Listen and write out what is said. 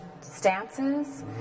stances